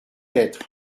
lettres